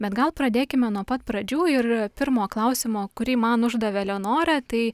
bet gal pradėkime nuo pat pradžių ir pirmo klausimo kurį man uždavė leonora tai